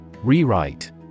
Rewrite